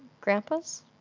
grandpa's